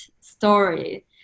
story